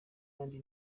kandi